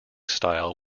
style